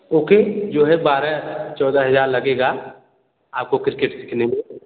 okay जो है बारह चौदह हजार लगेगा आपको क्रिकेट सीखने में